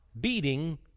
beating